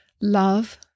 Love